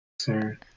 Sir